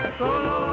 solo